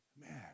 man